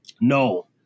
no